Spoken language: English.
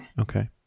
Okay